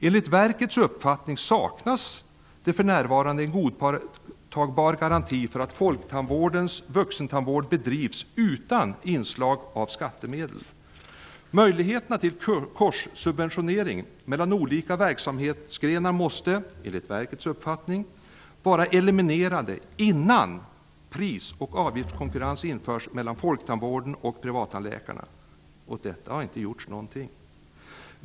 Enligt verkets uppfattning saknas det för närvarande en godtagbar garanti för att folktandvårdens vuxentandvård bedrivs utan inslag av skattemedel. Möjligheterna till korssubventionering mellan olika verksamhetsgrenar måste, enligt verkets uppfattning, vara eliminerade innan pris och avgiftskonkurrens införs mellan folktandvården och privattandläkarna. Åt detta har det inte gjorts någonting!